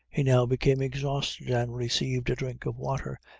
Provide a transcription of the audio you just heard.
he now became exhausted, and received a drink of water,